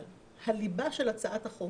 אבל הליבה של הצעת החוק